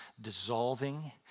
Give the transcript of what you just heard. dissolving